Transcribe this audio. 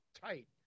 tight